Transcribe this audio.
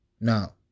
now